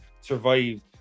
survived